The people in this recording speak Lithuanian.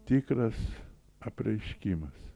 tikras apreiškimas